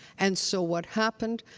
and so what happened?